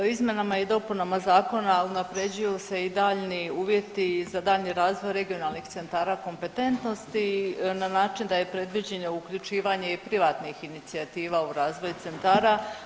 Izmjenama i dopunama zakona unapređuju se i daljnji uvjeti za daljnji razvoj regionalnih centara kompetentnosti na način da je predviđeno uključivanje i privatnih inicijativa u razvoj centara.